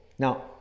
Now